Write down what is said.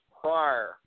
prior